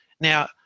Now